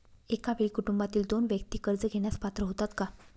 एका वेळी कुटुंबातील दोन व्यक्ती कर्ज घेण्यास पात्र होतात का?